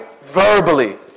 verbally